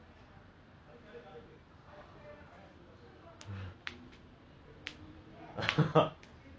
oh my god that's so that's like very eh I'm this is the first time I'm hearing this eh like seriously